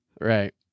Right